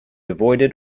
avoided